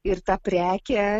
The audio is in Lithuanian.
ir ta prekė